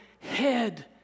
head